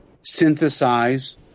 synthesize